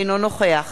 אינו נוכח